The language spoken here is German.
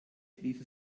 ließe